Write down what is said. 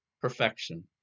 perfection